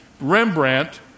Rembrandt